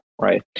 right